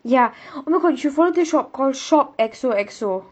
ya oh my god you should follow this shop call shop X_O_X_O